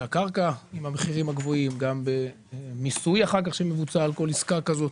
הקרקע עם המחירים הגבוהים וגם במיסוי אחר כך שמבוצע על כל עסקה כזו.